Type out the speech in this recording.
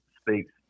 speaks